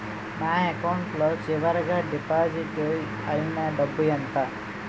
నా అకౌంట్ లో చివరిగా డిపాజిట్ ఐనా డబ్బు ఎంత?